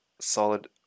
solid